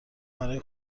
برای